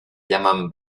llaman